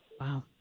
Wow